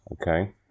okay